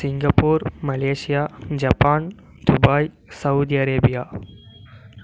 Singapore Malaysia Japan Dubai Saudi Arabia